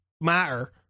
matter